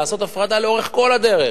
לעשות הפרדה לאורך כל הדרך,